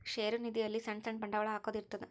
ಷೇರು ನಿಧಿ ಅಲ್ಲಿ ಸಣ್ ಸಣ್ ಬಂಡವಾಳ ಹಾಕೊದ್ ಇರ್ತದ